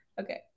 Okay